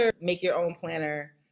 make-your-own-planner